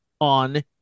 on